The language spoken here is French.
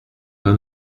vin